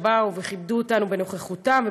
שבאו וכיבדו אותנו בנוכחותם,